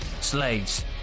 slaves